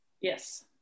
Yes